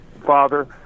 father